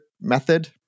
method